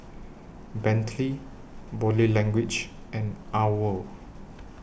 Bentley Body Language and OWL